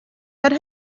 that